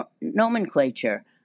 nomenclature